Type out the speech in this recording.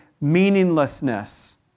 meaninglessness